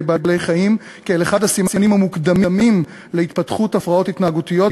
בעלי-חיים כאל אחד הסימנים המוקדמים להתפתחות הפרעות התנהגותיות,